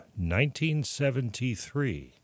1973